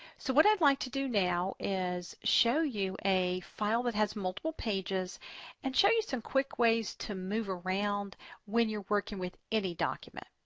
so what i'd like to do now is show you a file that has multiple pages and show you some quick ways to move around when you're working with any document.